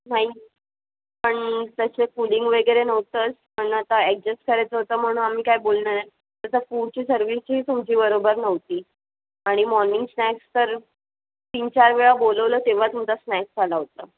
नाही पण तसे कुलिंग वगैरे नव्हतंच पण आता ॲकजस करायचं होतं म्हणून आम्ही काय बोललो नाही फूडची सर्विसही तुमची बरोबर नव्हती आणि मॉर्निंग स्नॅक्स तर तीन चार वेळा बोलवलं तेव्हा तुमचा स्नॅक्स आला होता